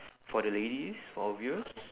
for the ladies for of use